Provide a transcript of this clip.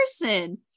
person